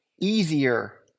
easier